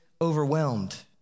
overwhelmed